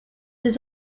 des